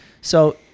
So-